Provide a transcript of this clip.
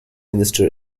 minister